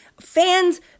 fans